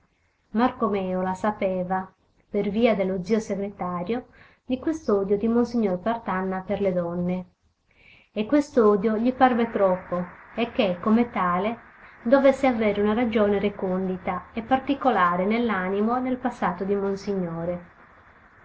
dita marco mèola sapeva per via dello zio segretario di quest'odio di monsignor partanna per le donne e quest'odio gli parve troppo e che come tale dovesse avere una ragione recondita e particolare nell'animo e nel passato di monsignore